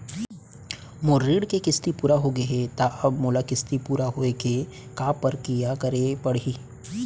मोर ऋण के किस्ती पूरा होगे हे ता अब मोला किस्ती पूरा होए के का प्रक्रिया करे पड़ही?